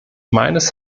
meines